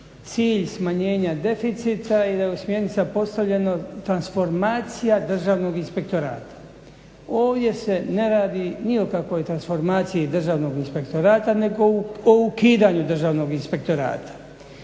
cilj smanjenja deficita i da je smjernica postavljeno transformacija Državnog inspektorata. Ovdje se ne radi ni o kakvoj transformaciji Državnog inspektorata nego o ukidanju Državnog inspektorata.